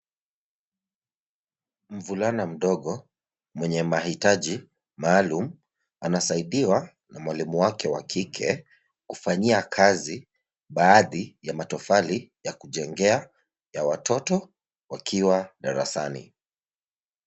Mvulana mdogo mwenye mahitaji maalum anasaidiwa na mwalimu wake wa kike kufanyia kazi baadhi ya matofali ya kujengea ya watoto wakiwa darasani.